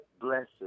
blesses